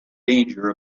danger